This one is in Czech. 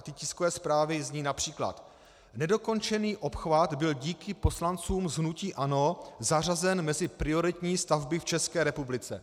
Ty tiskové zprávy zní například: Nedokončený obchvat byl díky poslancům z hnutí ANO zařazen mezi prioritní stavby v České republice.